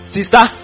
Sister